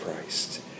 Christ